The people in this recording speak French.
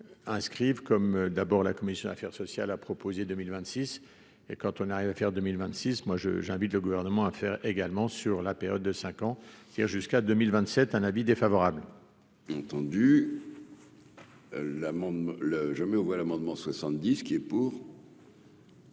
inscrive comme d'abord la commission Affaires Sociales a proposé 2000 26 et quand on arrive à faire 2026 moi je j'invite le gouvernement à faire également sur la période de 5 ans, c'est-à-dire jusqu'à 2027 un avis défavorable. Entendu. L'amendement le je mets aux voix l'amendement 70 qui est pour.